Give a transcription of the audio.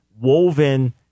woven